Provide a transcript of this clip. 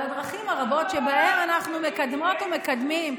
הדרכים הרבות שבהן אנחנו מקדמות ומקדמים,